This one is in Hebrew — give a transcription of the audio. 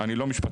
אני לא משפטן,